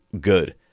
good